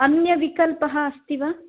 अन्यविकल्पः अस्ति वा